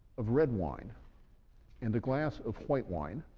of red wine and a glass of white wine,